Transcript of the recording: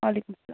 وعلیکُم سَلام